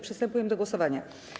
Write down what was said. Przystępujemy do głosowania.